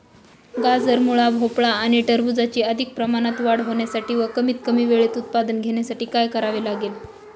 गाजर, मुळा, भोपळा आणि टरबूजाची अधिक प्रमाणात वाढ होण्यासाठी व कमीत कमी वेळेत उत्पादन घेण्यासाठी काय करावे लागेल?